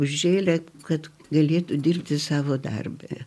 užžėlė kad galėtų dirbti savo darbą